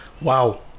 wow